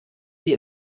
wie